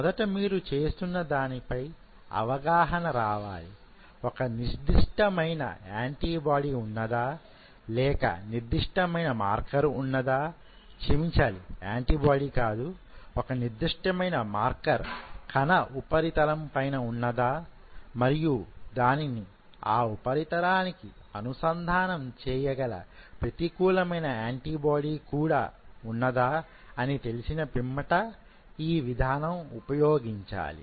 మొదట మీరు చేస్తున్న దానిపైన అవగాహన రావాలి ఒక నిర్దిష్టమయిన యాంటీ బాడీ ఉన్నదా లేక నిర్దిష్టమయిన మార్కర్ ఉన్నదా క్షమించాలి యాంటీ బాడీ కాదు ఒక నిర్దిష్టమయిన మార్కర్ కణ ఉపరితలం పైన ఉన్నదా మరియు దానిని ఆ ఉపరితలానికి అనుసంధానం చేయగల ప్రతికూలమైన యాంటీ బాడీ ఉన్నదా అని తెలిసిన పిమ్మట ఈ విధానం ఉపయోగించాలి